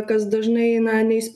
kas dažnai eina ne į s